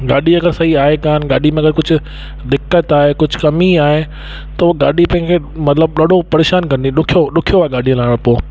गाॾी अगरि सही कोन गाॾी में अगरि कुझु दिक़त आहे कुझु कमी आहे त उहो गाॾी कंहिंखे मतिलबु ॾाढो परेशानु कंदी ॾुखियो आहे गाॾी हलाइणो पोइ